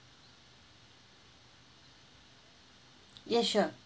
ya sure